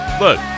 Look